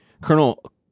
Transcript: Colonel